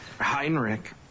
heinrich